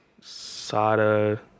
Sada